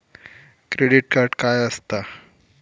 Credit card काय असता?